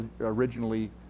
originally